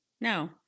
no